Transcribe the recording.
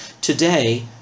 Today